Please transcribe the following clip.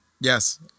Yes